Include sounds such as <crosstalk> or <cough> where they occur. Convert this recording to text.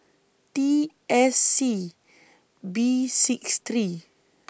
T S C B six three <noise>